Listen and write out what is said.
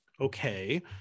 Okay